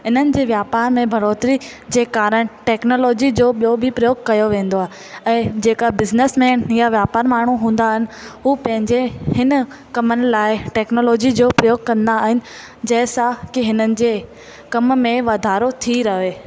इन्हनि जे व्यापार में बढ़ोतिरी जे कारणु टेक्नोलोजी जो ॿियो बि उपयोग कयो वेंदो आहे जेका बिजिनिस मेन यां व्यापार माण्हूं हूंदा आहिनि हू पंहिंजे हिन कमनि लाइ टेक्नोलोजी जो उपयोग कंदा आहिनि जंहिं सां हिननि जे कम में वाधारो थी रहे